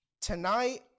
tonight